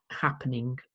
happening